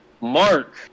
Mark